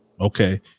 Okay